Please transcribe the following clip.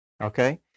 Okay